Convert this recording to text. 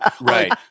right